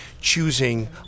choosing